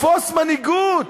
תפוס מנהיגות,